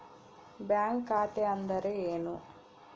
Bank ಖಾತೆ ಅಂದರೆ ಏನು?